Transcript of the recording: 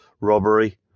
robbery